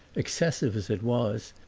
excessive as it was,